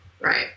right